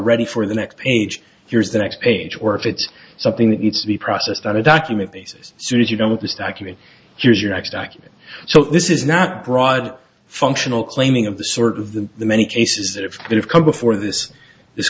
ready for the next page here's the next page or if it's something that needs to be processed on a document basis soon as you don't have this document here's your next document so this is not broad functional claiming of the sort of the many cases that have that have come before this this